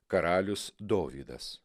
karalius dovydas